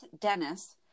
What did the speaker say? Dennis